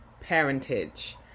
parentage